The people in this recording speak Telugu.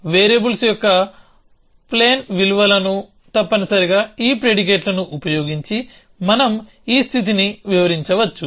వేరియబుల్స్ యొక్క ప్లేన్ విలువలను తప్పనిసరిగా ఈ ప్రిడికేట్లను ఉపయోగించి మనం ఈ స్థితిని వివరించవచ్చు